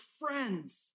friends